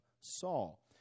Saul